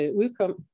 udkom